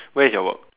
where is your work